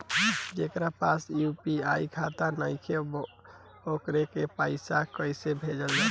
जेकरा पास यू.पी.आई खाता नाईखे वोकरा के पईसा कईसे भेजब?